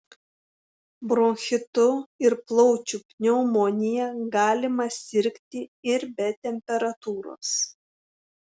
bronchitu ir plaučių pneumonija galima sirgti ir be temperatūros